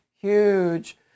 huge